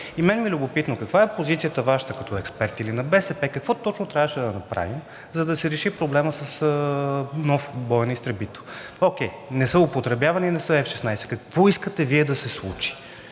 на мен ми е любопитно каква е Вашата позиция като експерт или на БСП – какво точно трябваше да направим, за да се реши проблемът с нов боен изтребител? Окей, не са употребявани, не са F-16. Какво искате Вие да се случи?